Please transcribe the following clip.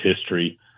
history